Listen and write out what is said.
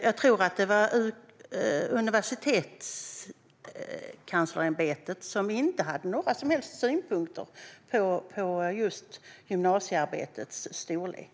Jag tror att det var Universitetskanslersämbetet som inte hade några som helst synpunkter på gymnasiearbetets storlek.